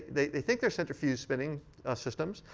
they they think they're centrifuge spinning systems.